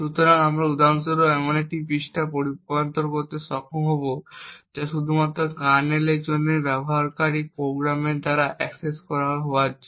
সুতরাং আমরা উদাহরণ স্বরূপ এমন একটি পৃষ্ঠা রূপান্তর করতে সক্ষম হব যা শুধুমাত্র কার্নেলের জন্য ব্যবহারকারীর প্রোগ্রামগুলির দ্বারা অ্যাক্সেসযোগ্য হওয়ার জন্য